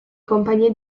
compagnie